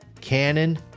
Canon